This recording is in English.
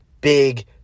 big